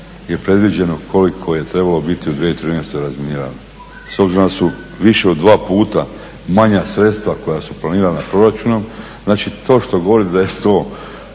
je predviđeno koliko je trebalo biti u 2013. razminiravanje. S obzirom da su više od dva puta manja sredstva koja su planirana proračunom, znači to što govorite da je